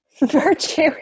virtue